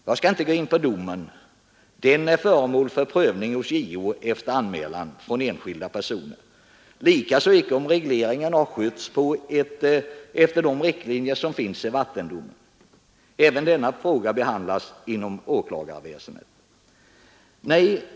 Jag skall inte gå in på domen, den är föremål för prövning hos JO efter anmälan från enskilda personer. Jag skall inte heller gå in på om regleringen har skötts efter de riktlinjer som finns i vattendomen. Även denna fråga behandlas inom åklagarväsendet.